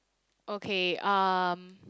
okay um